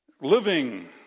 Living